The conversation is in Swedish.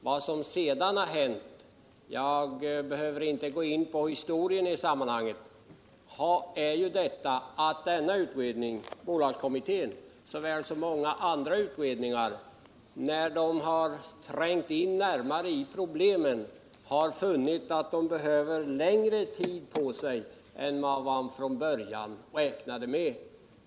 Vad som sedan har hänt — jag behöver inte gå in på det historiska sammanhanget — är ju att bolagskommittén, i likhet med många andra utredningar, efter att ha trängt närmare in i problemen funnit att den behöver ta längre tid på sig än vad man från början hade räknat med.